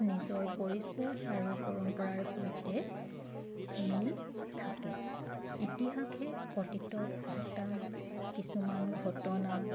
নিজৰ পৰিচয় আৰু পৰম্পৰাৰ সৈতে মিল থাকে ইতিহাসে অতীতত ঘটা কিছুমান ঘটনা